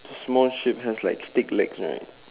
small sheep's have like stick legs right